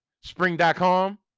spring.com